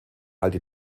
alte